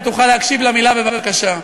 אם תוכל להקשיב למילה בבקשה.